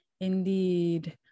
Indeed